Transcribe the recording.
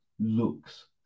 looks